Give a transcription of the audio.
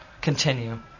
continue